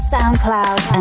SoundCloud